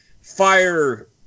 fire